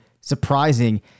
surprising